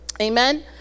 amen